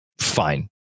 fine